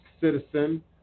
citizen